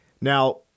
Now